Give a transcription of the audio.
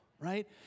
Right